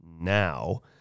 now